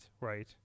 right